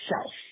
self